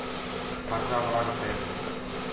ᱯᱷᱟᱨᱪᱟ ᱵᱟᱲᱟ ᱠᱟᱛᱮᱫ